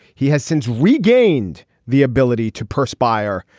he has since regained the ability to perspire.